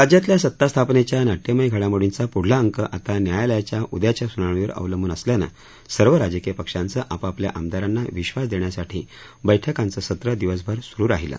राज्यातल्या सत्तास्थापनेच्या ना िय घडामोडींचा पुढला अंक आता न्यायालयाच्या उद्याच्या सुनावणीवर अवलंबून असल्यानं सर्व राजकिय पक्षांचं आपापल्या आमदारांना विश्वास देण्यासाठी बैठकांचं सत्र दिवसभर सुरु राहीलं